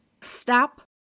Stop